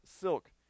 silk